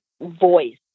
voice